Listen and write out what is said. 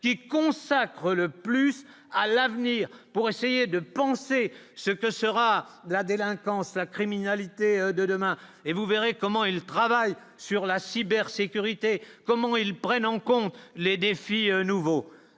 qui consacre le plus à l'avenir, pour essayer de penser ce que sera la délinquance, la criminalité de demain et vous verrez comment il travaille sur la cybersécurité comment ils prennent en compte les défis un nouveau